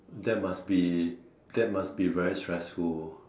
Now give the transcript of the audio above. that must be that must be very stressful